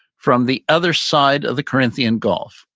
from the other side of the corinthian gulf.